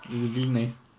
just being nice